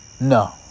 No